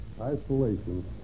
isolation